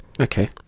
okay